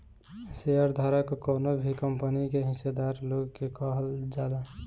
share धारक कवनो भी कंपनी के हिस्सादार लोग के कहल जाला